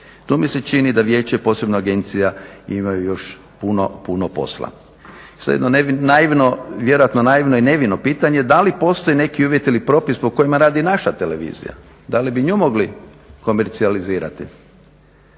Tu mi se čini da vijeće, posebno agencija imaju još puno, puno posla. Sad jedno vjerojatno naivno i nevino pitanje, da li postoji neki uvjet ili propis po kojima radi naša televizija? Da li bi nju mogli komercijalizirati?